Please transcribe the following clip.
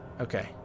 Okay